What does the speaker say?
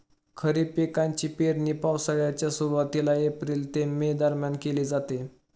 खरीप पिकांची पेरणी पावसाळ्याच्या सुरुवातीला एप्रिल ते मे दरम्यान केली जाते